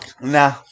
nah